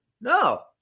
no